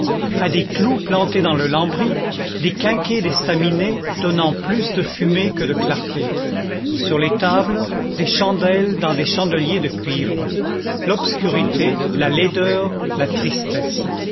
à des clous plantés dans le lambris des quinquets d'estaminet donnant plus de fumée que de clarté sur les tables des chandelles dans des chandeliers de cuivre l'obscurité la laideur la tristesse